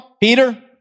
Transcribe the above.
Peter